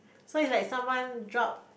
so you like someone drop